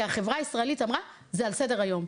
כי החברה הישראלית אמרה, זה על סדר-היום.